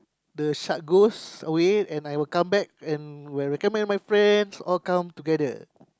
the shark goes away and I will come back and will recommend my friends all come together